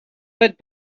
but